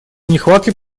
нехватке